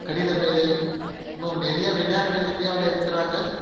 கணித மேதை இன்னும் நிறைய விஞ்ஞானிகள் இந்தியாவில் இருக்கிறாங்க